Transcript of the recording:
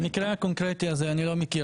את המקרה הקונקרטי הזה אני לא מכיר.